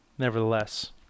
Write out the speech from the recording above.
nevertheless